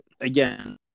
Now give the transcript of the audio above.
again